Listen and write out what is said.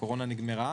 שהקורונה נגמרה.